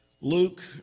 Luke